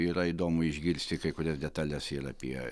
yra įdomu išgirsti kai kurias detales ir apie